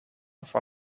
van